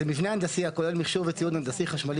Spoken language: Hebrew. זה מבנה הנדסי הכולל מכשור וציוד הנדסי חשמלי